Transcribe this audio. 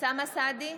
אוסאמה סעדי,